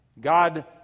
God